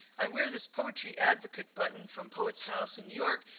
i wear this poetry advocate button from poet's house in new york,